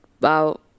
wow